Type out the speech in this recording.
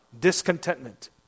discontentment